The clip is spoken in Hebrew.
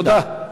תודה.